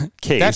case